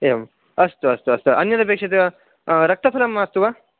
एवम् अस्तु अस्तु अस्तु अन्यदपेक्ष्यते वा रक्तफलं मास्तु वा